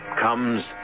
comes